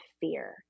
fear